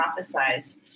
prophesize